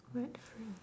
what phr~